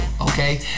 okay